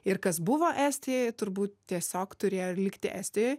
ir kas buvo estijoj turbūt tiesiog turėjo likti estijoj